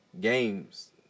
games